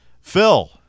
Phil